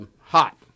hot